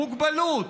מוגבלות.